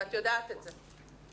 ואת יודעת את זה.